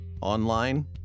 online